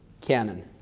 canon